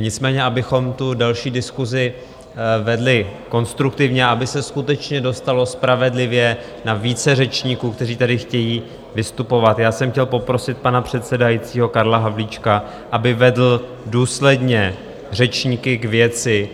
Nicméně abychom tu další diskusi vedli konstruktivně, aby se skutečně dostalo spravedlivě na více řečníků, kteří tady chtějí vystupovat, chtěl jsem poprosil pana předsedajícího Karla Havlíčka, aby vedl důsledně řečníky k věci,